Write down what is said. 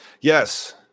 Yes